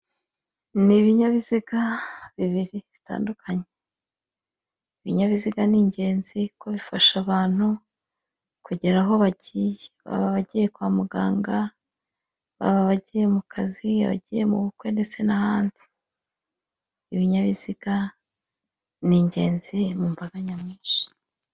Ni ibinyabiziga bibiri bitandukanye, ibinyabiziga ni ingenzi kuko bifasha abantu kugera aho bagiye, baba abagiye kwa muganga, abagiye mu kazi, abagiye mu bukwe, ndetse n'ahandi ibinyabiziga ni ingenzi mu mbaga nyamwinshi.